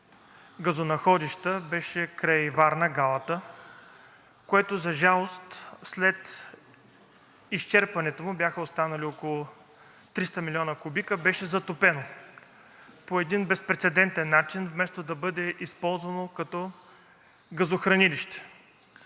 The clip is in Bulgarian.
газонаходища беше край Варна – „Галата“, което – за жалост, след изчерпването му бяха останали около 300 млн. кубика – беше затопено по един безпрецедентен начин, вместо да бъде използвано като газохранилище.